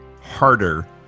harder